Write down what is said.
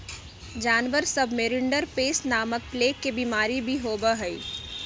जानवर सब में रिंडरपेस्ट नामक प्लेग के बिमारी भी होबा हई